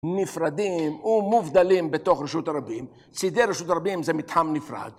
נפרדים ומובדלים בתוך רשות הרבים, צידי רשות הרבים זה מתחם נפרד.